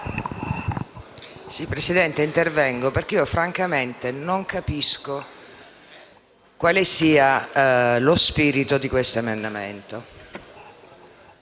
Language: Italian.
Presidente, intervengo perché francamente non capisco quale sia lo spirito dell'emendamento